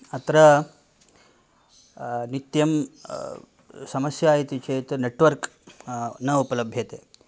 अत्र नित्यं समस्या इति चेत् नेट्वर्क् न उपलभ्यते